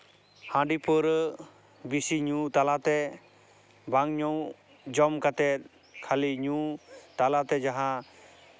ᱦᱟᱺᱰᱤ ᱯᱟᱹᱣᱨᱟᱹ ᱵᱮᱥᱤ ᱧᱩ ᱛᱟᱞᱟᱛᱮ ᱵᱟᱝ ᱧᱩ ᱡᱚᱢ ᱠᱟᱛᱮᱫ ᱠᱷᱟᱹᱞᱤ ᱧᱩ ᱛᱟᱞᱟᱛᱮ ᱡᱟᱦᱟᱸ